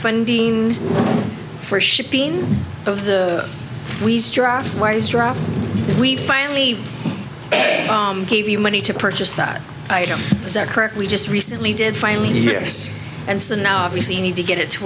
funding for shipping of the wise drop we finally gave you money to purchase that item is that correct we just recently did finally yes and so now obviously you need to get it to